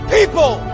People